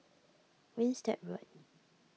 Winstedt Road